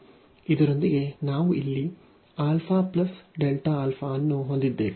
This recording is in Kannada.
ಇದರೊಂದಿಗೆ ನಾವು ಇಲ್ಲಿ ಅನ್ನು ಹೊಂದಿದ್ದೇವೆ